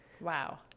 Wow